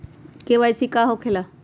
KYC का हो के ला?